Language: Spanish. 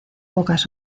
pocas